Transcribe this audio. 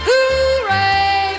Hooray